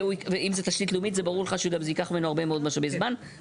ואם זה תשתית לאומית זה ברור לך שזה גם ייקח ממנו הרבה מאוד משאבי זמן.